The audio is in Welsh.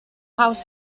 haws